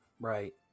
right